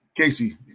casey